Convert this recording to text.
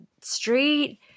street